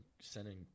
sending